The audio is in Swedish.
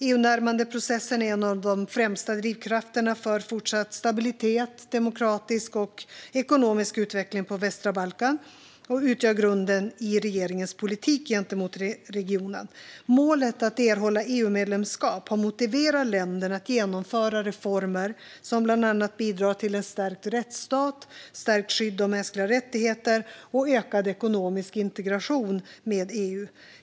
EUnärmandeprocessen är en av de främsta drivkrafterna för fortsatt stabilitet samt demokratisk och ekonomisk utveckling på västra Balkan, och den utgör grunden i regeringens politik gentemot regionen. Målet att erhålla EU-medlemskap har motiverat länderna att genomföra reformer som bland annat bidrar till en stärkt rättsstat, stärkt skydd av mänskliga rättigheter och ökad ekonomisk integration med EU.